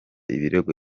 ibirego